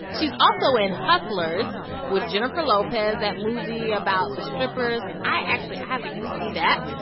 she's also in hustlers with jennifer lopez, that movie about the strippers. i actually i have to get to see that.